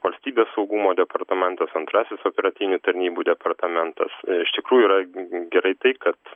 valstybės saugumo departamentas antrasis operatyvinių tarnybų departamentas iš tikrųjų yra gerai tai kad